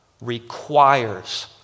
requires